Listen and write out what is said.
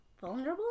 vulnerable